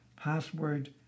password